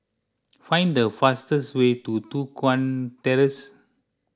find the fastest way to Tua Kong Terrace